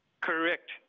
Correct